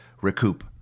recoup